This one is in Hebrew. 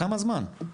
כמה זמן?